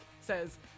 says